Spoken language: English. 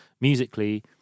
musically